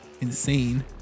insane